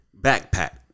backpack